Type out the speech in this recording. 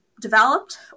developed